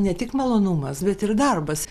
ne tik malonumas bet ir darbas